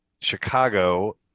chicago